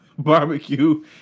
Barbecue